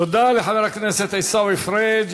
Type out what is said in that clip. תודה לחבר הכנסת עיסאווי פריג'.